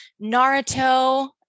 Naruto